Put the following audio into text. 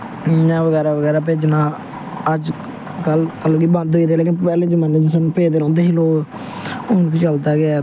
इ'यां बगैरा बगैरा भेजना अजकल ते बंद होई दे लेकिन पैह्ले जमाने भेजदे रौंह्दे हे लोग हून बी चलदा गै